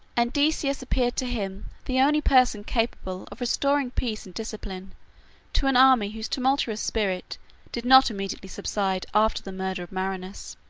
and decius appeared to him the only person capable of restoring peace and discipline to an army whose tumultuous spirit did not immediately subside after the murder of marinus.